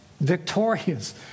victorious